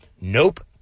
Nope